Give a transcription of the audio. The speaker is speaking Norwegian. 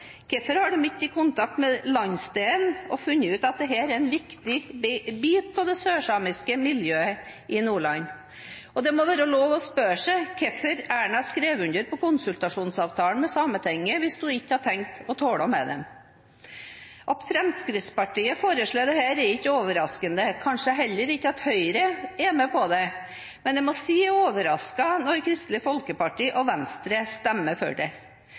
Hvorfor har de ikke vært i kontakt med landsdelen og funnet ut at dette er en viktig bit av det sørsamiske miljøet i Nordland? Det må være lov å spørre seg hvorfor Erna skrev under på konsultasjonsavtalen med Sametinget hvis hun ikke hadde tenkt å snakke med dem. At Fremskrittspartiet foreslår dette, er ikke overraskende, kanskje heller ikke at Høyre er med på det. Men jeg må si jeg er overrasket når Kristelig Folkeparti og Venstre stemmer for